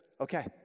okay